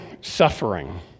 suffering